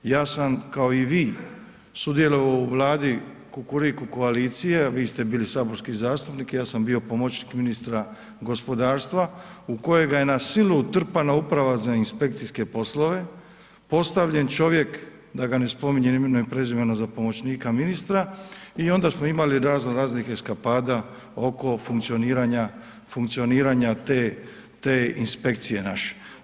Ja sam kao i vi sudjelovao u Vladi kukuriku koalicije, a vi ste bili saborski zastupnik i ja sam bio pomoćnik ministra gospodarstva u kojega je na silu utrpana Uprava za inspekcijske poslove, postavljen čovjek, da ga ne spominjem imenom i prezimenom, za pomoćnika ministra i onda smo imali razno raznih eskapada oko funkcioniranja te inspekcije naše.